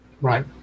Right